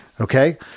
Okay